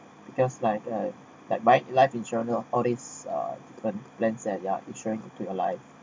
because like uh buy life insurance of all these are different plans at their insurance into your life